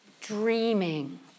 dreaming